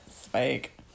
Spike